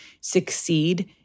succeed